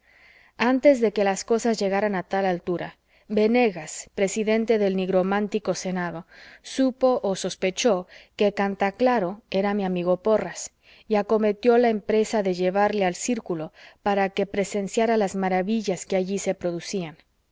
antes de que las cosas llegaran a tal altura venegas presidente del nigromántico senado supo o sospechó que canta claro era mi amigo porras y acometió la empresa de llevarle al círculo para que presenciara las maravillas que allí se producían